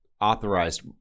Authorized